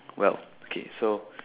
well okay so